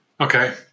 Okay